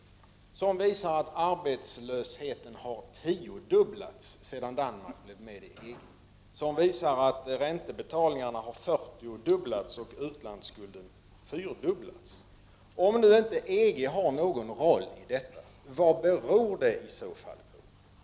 Dessa fakta visar att arbetslösheten har tiodubblats sedan Danmark blev medlem i EG och att räntebetalningarna har fyrtiodubblats och utlandsskulden fyrdubblats. Om nu inte EG spelar någon roll i detta sammanhang, vad beror det i så fall på?